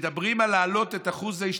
כשמדברים על להעלות את אחוז ההשתתפות,